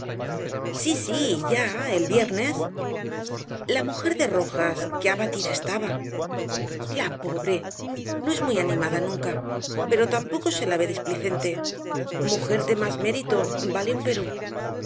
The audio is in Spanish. sí sí ya el viernes la mujer de rojas qué abatida estaba la pobre no es muy animada nunca pero tampoco se la ve displicente mujer de más mérito vale